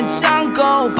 jungle